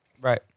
Right